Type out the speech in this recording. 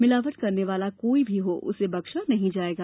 मिलावट करने वाला कोई भी हो उसे बक्शा नहीं जाएगा